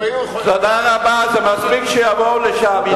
תודה רבה, זה מספיק שיבואו לשם.